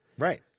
Right